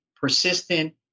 persistent